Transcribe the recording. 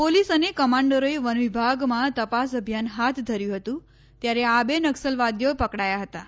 police અને કમાન્ડરોએવનવિભાગમાં તપાસ અભિયાન હાથ ધર્યું હતુ ત્યારે આ બે નક્સલવાદીઓ પકડાયા હતાં